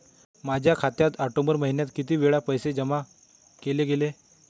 माझ्या खात्यात ऑक्टोबर महिन्यात किती वेळा पैसे जमा केले गेले?